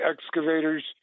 excavators